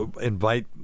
invite